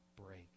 break